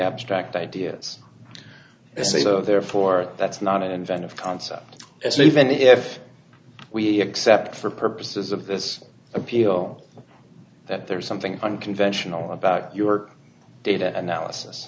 abstract ideas so therefore that's not an inventive concept as even if we accept for purposes of this appeal that there is something unconventional about your data analysis